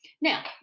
now